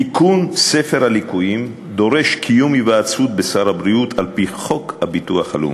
תיקון ספר הליקויים דורש היוועצות בשר הבריאות על-פי חוק הביטוח הלאומי.